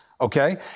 okay